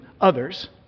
others